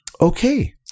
Okay